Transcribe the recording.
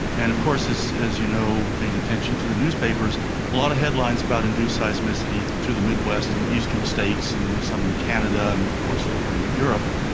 and of course, as as you know, paying attention to the newspapers, a lot of headlines about induced seismicity through the midwest and the eastern states and some in canada and of course over in europe.